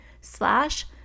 slash